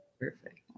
Perfect